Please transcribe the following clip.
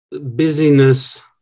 busyness